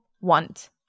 want